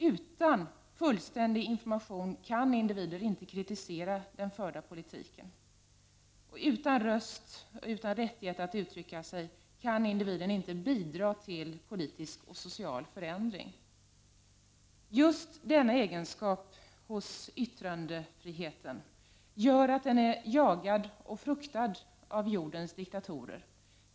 Utan fullständig information kan individen inte kritisera den förda politiken. Utan röst, och utan rättighet att uttrycka sig, kan individen inte bidra till politisk och social förändring. Just denna egenskap hos yttrandefriheten gör att den är jagad och fruktad av jordens diktatorer.